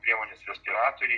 priemones respiratoriai